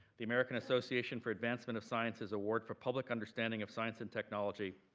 the american association for advancement of sciences award for public understanding of science and technology,